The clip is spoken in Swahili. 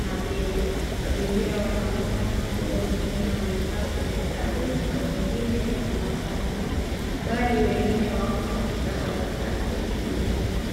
na bei. Abiria wanaonekana kuwa wengine wamekaa kwenye gari na wengine wanapanda, bali wengine wako katika harakati mjini.